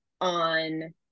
on